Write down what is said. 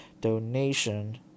donation